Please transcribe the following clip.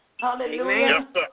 Hallelujah